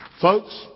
Folks